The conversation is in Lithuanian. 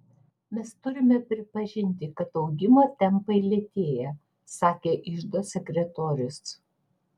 mes turime pripažinti kad augimo tempai lėtėja sakė iždo sekretorius